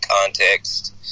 context